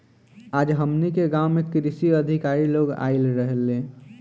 आज हमनी के गाँव में कृषि अधिकारी लोग आइल रहले